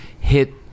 hit